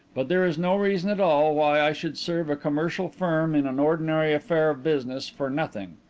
but there is no reason at all why i should serve a commercial firm in an ordinary affair of business for nothing.